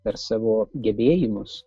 per savo gebėjimus